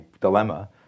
dilemma